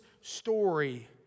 story